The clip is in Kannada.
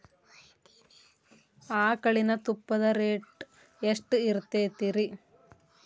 ಆಕಳಿನ ತುಪ್ಪದ ರೇಟ್ ಎಷ್ಟು ಇರತೇತಿ ರಿ?